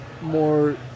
more